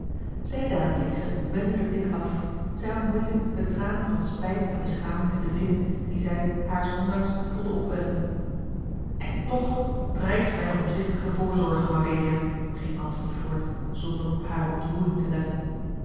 zij daarentegen wendde den blik af zij had moeite de tranen van spijt en beschaming te bedwingen die zij haars ondanks voelde opwellen en toch prijs mijne omzichtige voorzorge mabelia ging antony voort zonder op hare ontroering te letten